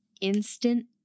instant